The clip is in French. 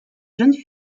jeunes